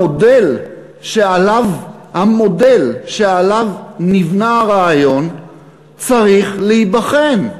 המודל שעליו נבנה הרעיון צריך להיבחן.